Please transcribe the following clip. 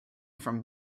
from